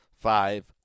five